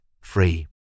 free